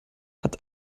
hat